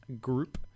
group